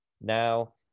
Now